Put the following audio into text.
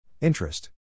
Interest